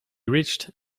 reached